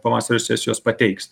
pavasario sesijos pateiks